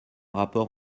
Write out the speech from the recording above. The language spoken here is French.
rapport